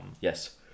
Yes